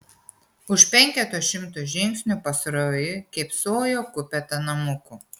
už penketo šimtų žingsnių pasroviui kėpsojo kupeta namukų